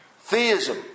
Theism